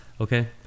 Okay